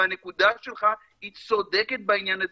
והנקודה שלך היא צודקת בעניין הזה,